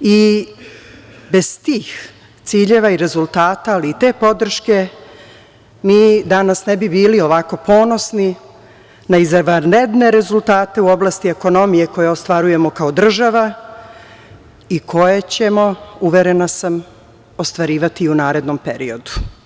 i bez tih ciljeva i rezultata, ali i te podrške mi danas ne bi bili ovako ponosni na izvanredne rezultate u oblasti ekonomije koje ostvarujemo kao država i koje ćemo, uverena sam, ostvarivati i u narednom periodu.